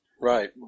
Right